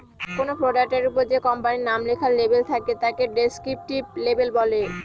কোনো প্রোডাক্টের ওপরে যে কোম্পানির নাম লেখার লেবেল থাকে তাকে ডেস্ক্রিপটিভ লেবেল বলে